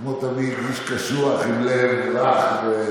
כמו תמיד, איש קשוח עם לב רך.